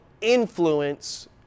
influence